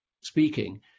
speaking